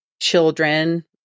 children